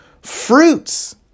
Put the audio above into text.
fruits